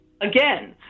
Again